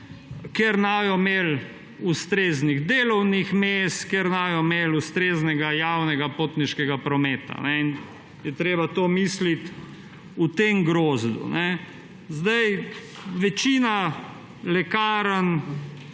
ker ne bodo imeli ustreznih delovnih mest, ker ne bodo imeli ustreznega javnega potniškega prometa. In je treba to misliti v tem grozdu. Večina lekarn